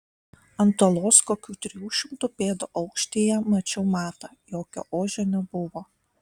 ant uolos kokių trijų šimtų pėdų aukštyje mačiau matą jokio ožio nebuvo